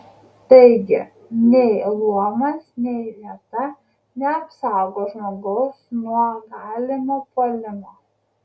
taigi nei luomas nei vieta neapsaugo žmogaus nuo galimo puolimo